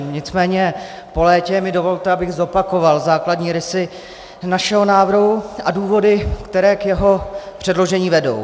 Nicméně po létě mi dovolte, abych zopakoval základní rysy našeho návrhu a důvody, které k jeho předložení vedou.